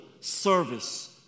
service